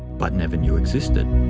but never knew existed.